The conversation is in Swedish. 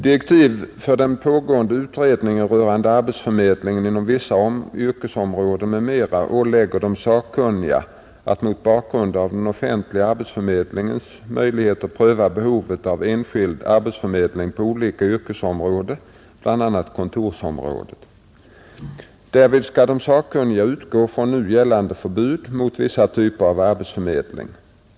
Direktiven för den pågående utredningen rörande arbetsförmedlingen inom vissa yrkesområden m.m. ålägger de sakkunniga att mot bakgrund av den offentliga arbetsförmedlingens möjligheter pröva behovet av enskild arbetsförmedling på olika yrkesområden, bl.a. kontorsområdet. Därvid skall de sakkunniga utgå från nu gällande förbud mot vissa typer av arbetsförmedling.